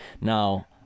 now